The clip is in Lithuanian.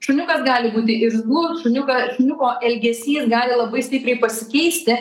šuniukas gali būti irzlus šuniuką šuniuko elgesys gali labai stipriai pasikeisti